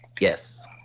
Yes